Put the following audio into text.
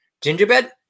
Gingerbread